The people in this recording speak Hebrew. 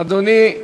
אדוני,